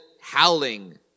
howling